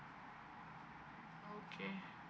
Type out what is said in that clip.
okay